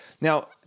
Now